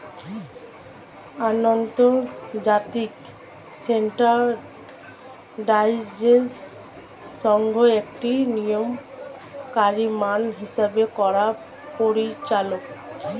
আন্তর্জাতিক স্ট্যান্ডার্ডাইজেশন সংস্থা একটি নিয়ন্ত্রণকারী মান হিসেব করার পরিচালক